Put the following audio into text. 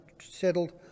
settled